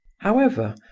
however,